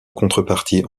contrepartie